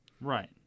Right